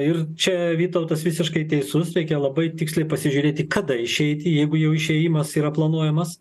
ir čia vytautas visiškai teisus reikia labai tiksliai pasižiūrėti kada išeiti jeigu jau išėjimas yra planuojamas